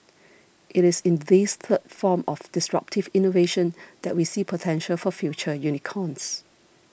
it is in this third form of disruptive innovation that we see potential for future unicorns